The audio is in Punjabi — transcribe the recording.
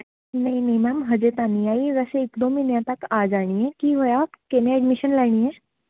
ਨਹੀਂ ਨਹੀਂ ਮੈਮ ਹਜੇ ਤਾਂ ਨਹੀਂ ਆਈ ਵੈਸੇ ਇੱਕ ਦੋ ਮਹੀਨਿਆਂ ਤੱਕ ਆ ਜਾਣੀ ਹੈ ਕੀ ਹੋਇਆ ਕਿਹਨੇ ਐਡਮੀਸ਼ਨ ਲੈਣੀ ਹੈ